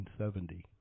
1970